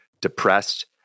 depressed